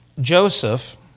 Joseph